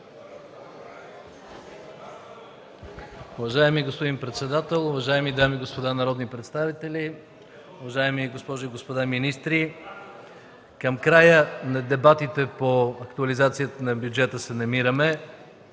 Уважаеми господин председател, уважаеми дами и господа народни представители, уважаеми госпожи и господа министри! Към края сме на дебатите по актуализацията на бюджета и наистина